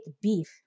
beef